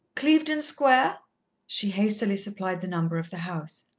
clevedon square she hastily supplied the number of the house.